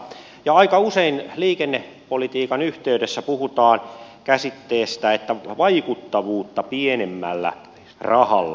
ja aika usein liikennepolitiikan yhteydessä puhutaan käsitteestä vaikuttavuutta pienemmällä rahalla